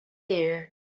there